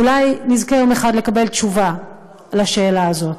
אולי נזכה יום אחד לקבל תשובה על השאלה הזאת.